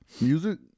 Music